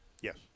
Yes